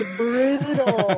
brutal